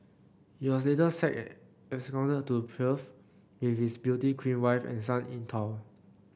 he was later sacked and absconded to Perth with his beauty queen wife and son in tow